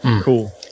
Cool